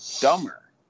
dumber